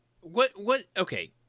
What—what—okay